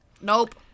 Nope